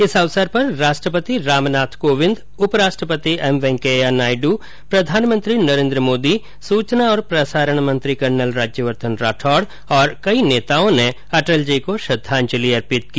इस अवसर पर राष्ट्रपति राम नाथ कोविंद उपराष्ट्रपति एम वेंकैया नायडू प्रधानमंत्री नरेन्द्र मोदी सूचना और प्रसारण मंत्री कर्नल राज्यवर्द्धन राठौड़ और कई नेताओं ने अटल जी को श्रद्वांजलि अर्पित की